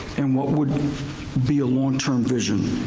and what would be a long term vision,